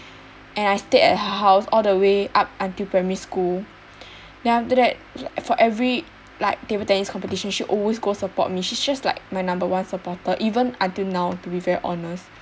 and I stayed at her house all the way up until primary school then after that for every like table tennis competition she always go support me she's just like my number one supporter even until now to be very honest